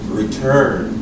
return